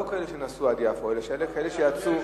כלומר לא כאלה שנסעו עד יפו אלא כאלה שיצאו,